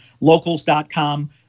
locals.com